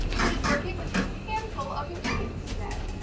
we'll be working with a handful of ingredients today.